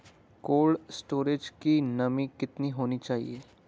Cold storage की नमी कितनी होनी चाहिए?